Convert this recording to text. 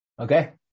okay